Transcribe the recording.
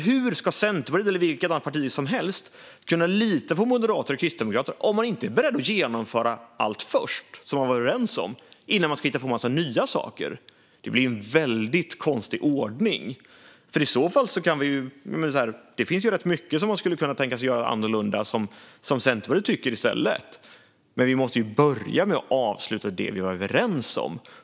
Hur ska Centerpartiet, eller vilket annat parti som helst, kunna lita på moderater och kristdemokrater om man inte är beredd att genomföra allt man har varit överens om först innan man ska hitta på en massa nya saker? Det blir en konstig ordning. Det finns rätt mycket Centerpartiet kan tänka sig att göra annorlunda, men vi måste börja med att avsluta det vi var överens om.